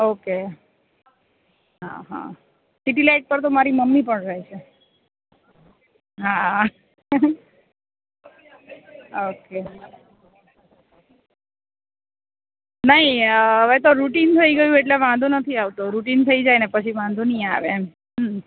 okay હા હા city light પર તો મારી મમ્મી પણ રહે છે હા ઓકે નહીં હવે તો રૂટિન થઈ ગયું એટલે વાંધો નથી આવતો રૂટિન થઈ જાય ને પછી વાંધો નહીં આવે એમ હમ